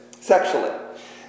sexually